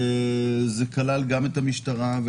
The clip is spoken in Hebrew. זה כלל גם את המשטרה,